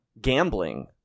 Gambling